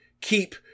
keep